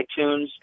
iTunes